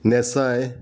नेसाय